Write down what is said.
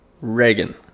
reagan